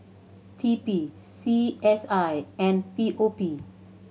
T P C S I and P O P